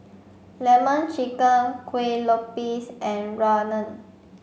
lemon chicken Kueh Lopes and Rawon